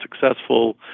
successful